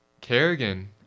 Kerrigan